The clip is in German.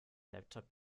laptop